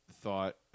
thought